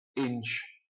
inch